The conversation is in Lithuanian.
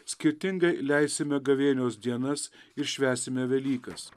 skirtingai leisime gavėnios dienas ir švęsime velykas